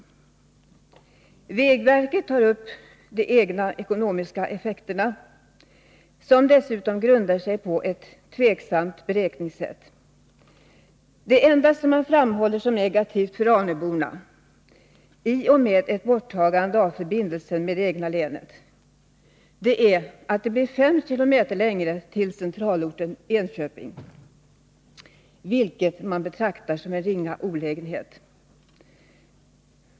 Vägverket tar upp de egna ekonomiska effekterna, som dessutom grundar sig på ett tveksamt beräkningssätt. Det enda som man framhåller som negativt för arnöborna i och med borttagandet av förbindelsen med det egna länet är att det blir 5 km längre till centralorten Enköping, vilket man betraktar som en ringa olägenhet.